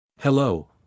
Hello